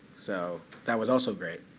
so that was also great.